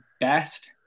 best